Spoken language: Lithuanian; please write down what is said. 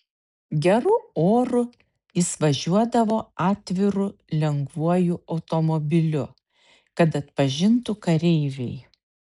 geru oru jis važiuodavo atviru lengvuoju automobiliu kad atpažintų kareiviai